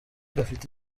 gafite